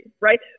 right